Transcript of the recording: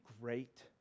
great